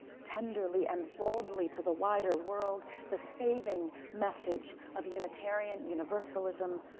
tenderly and boldly to the wider world. the saving message of unitarian universalism,